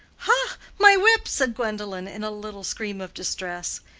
ha! my whip! said gwendolen, in a little scream of distress.